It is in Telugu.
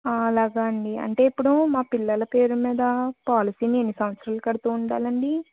అలాగా అండి అంటే ఇప్పుడు మా పిలల్ల పేరు మీద పాలసీ ని ఎన్ని సంవత్సరాలు కడుతూ ఉండాలండి